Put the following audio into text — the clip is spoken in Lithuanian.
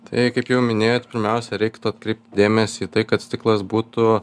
tai kaip jau minėjot pirmiausia reiktų atkreipti dėmesį į tai kad stiklas būtų